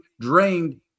drained